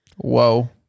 Whoa